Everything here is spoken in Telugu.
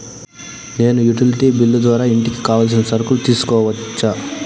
నేను యుటిలిటీ బిల్లు ద్వారా ఇంటికి కావాల్సిన సరుకులు తీసుకోవచ్చా?